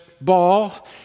ball